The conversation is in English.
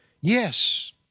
yes